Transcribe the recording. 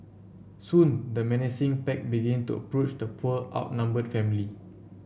soon the menacing pack began to approach the poor outnumbered family